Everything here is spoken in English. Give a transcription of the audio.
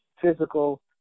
physical